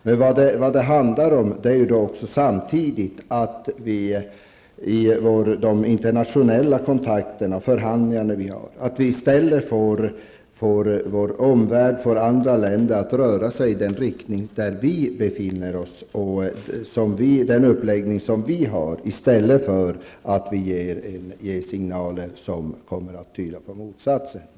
Men det handlar samtidigt om att vi i våra internationella kontakter och förhandlingar får andra länder att röra sig i riktning mot den uppläggning som vi har -- i stället för att vi ger signaler som kommer att tyda på motsatsen.